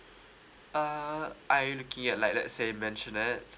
uh are you looking at like let's say you mention that